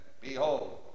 Behold